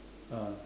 ah